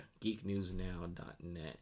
geeknewsnow.net